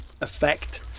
effect